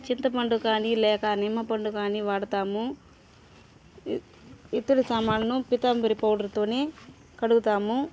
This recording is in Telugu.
చింతపండు కానీ లేక నిమ్మ పండు కానీ వాడతాము ఇతరు సామాన్ను పితాంబరి పౌడర్తోనే కడుగుతాము